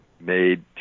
made